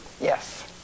Yes